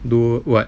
do what